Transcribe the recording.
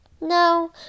no